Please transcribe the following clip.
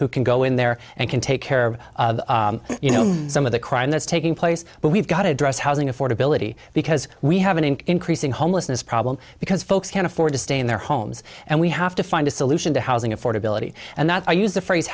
who can go in there and can take care of you know some of the crime that's taking place but we've got to address housing affordability because we have an increasing homelessness problem because folks can't afford to stay in their homes and we have to find a solution to housing affordability and that i use the phrase